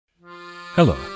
Hello